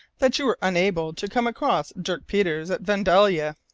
that you were unable to come across dirk peters at vandalia!